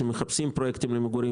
שמחפשים פרויקטים למגורים,